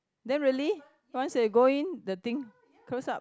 then really once they go in the thing close up